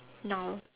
no